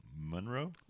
Monroe